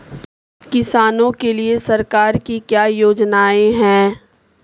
किसानों के लिए सरकार की क्या योजनाएं हैं?